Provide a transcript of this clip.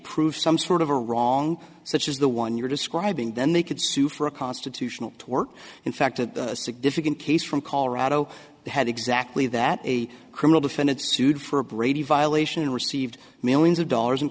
prove some sort of a wrong such as the one you're describing then they could sue for a constitutional to work in fact a significant case from colorado had exactly that a criminal defendant sued for a brady violation and received millions of dollars